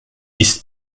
ist